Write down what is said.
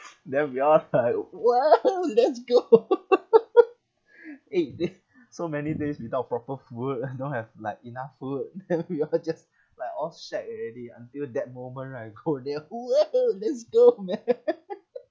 then we all like !wow! let's go eh so many days without proper food don't have like enough food then we all just like all shag already until that moment right go near !whoa! let's go man